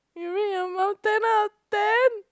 you rate your mum ten out of ten